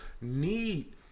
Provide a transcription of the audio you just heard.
need